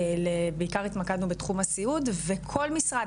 בעיקר התמקדנו בתחום הסיעוד וכל משרד,